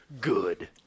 Good